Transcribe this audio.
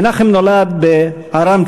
מנחם נולד בארם-צובא,